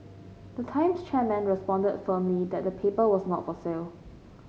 the Times chairman responded firmly that the paper was not for sale